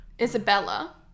Isabella